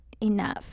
enough